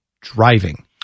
driving